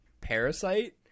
parasite